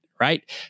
right